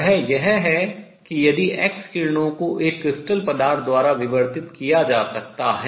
वह यह है कि यदि एक्स किरणों को एक क्रिस्टल पदार्थ द्वारा विवर्तित किया जा सकता है